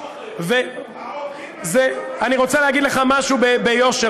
אני רוצה להגיד לך משהו ביושר,